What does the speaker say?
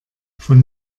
von